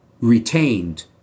retained